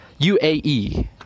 UAE